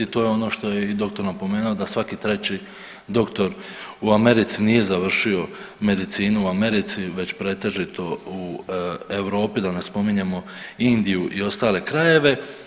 To je ono što je i doktor napomenuo, da svaki treći doktor u Americi nije završio medicinu u Americi već pretežito u Europi, da ne spominjemo Indiju i ostale krajeve.